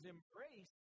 embraced